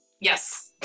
Yes